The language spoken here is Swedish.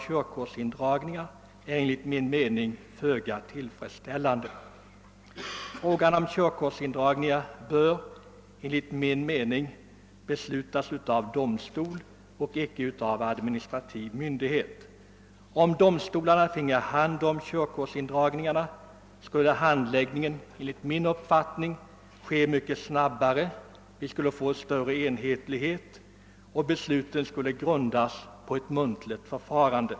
Körkortsindragningarna handhas för närvarande av länsstyrelserna, men enligt min mening bör de beslutas av domstol och icke av administrativ myndighet. Om domstolarna finge hand om körkortsindragningarna, skulle handläggningen enligt min uppfattning ske mycket snabbare. Det skulle bli större enhetlighet, och besluten skulle grundas på ett muntligt förfarande.